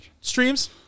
streams